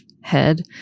head